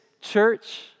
church